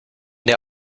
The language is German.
der